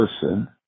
person